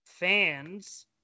Fans